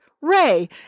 Ray